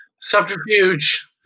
Subterfuge